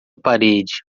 parede